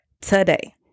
today